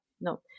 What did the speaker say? no